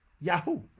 Yahoo